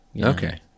Okay